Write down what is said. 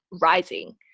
rising